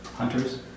Hunters